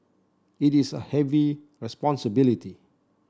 it is a heavy responsibility